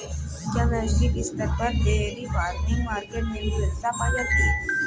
क्या वैश्विक स्तर पर डेयरी फार्मिंग मार्केट में विविधता पाई जाती है?